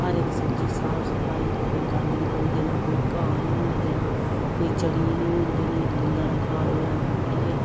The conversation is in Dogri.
हर इक सब्जी साफ सफाई कोई गंद नेईं पौन देना कोई घाह नेईं होन देना कोई झड़ी नेईं होन देनी बिंद हारा घाह् होग ते पुट्टियै